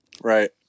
Right